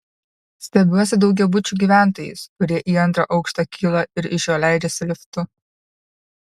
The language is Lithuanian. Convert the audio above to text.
stebiuosi daugiabučių gyventojais kurie į antrą aukštą kyla ir iš jo leidžiasi liftu